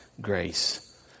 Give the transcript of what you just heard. grace